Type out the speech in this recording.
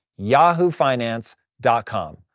yahoofinance.com